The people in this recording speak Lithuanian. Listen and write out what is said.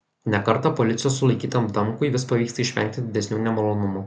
ne kartą policijos sulaikytam damkui vis pavyksta išvengti didesnių nemalonumų